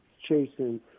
chasing